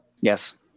Yes